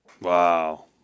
Wow